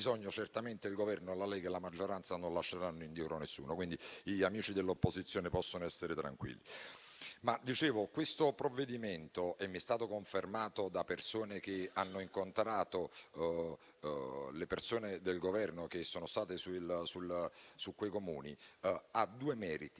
il Governo, la Lega e la maggioranza non lasceranno indietro nessuno, quindi gli amici dell'opposizione possono essere tranquilli. Questo provvedimento, come mi è stato confermato da persone che hanno incontrato i membri del Governo che sono state in quei Comuni, ha due meriti.